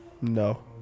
No